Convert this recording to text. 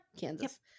Kansas